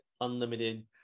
Unlimited